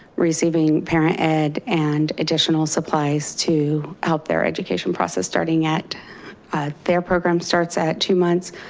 receiving parent ed and additional supplies to help their education process starting at ah their program starts at two months.